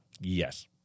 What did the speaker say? Yes